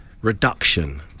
reduction